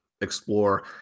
explore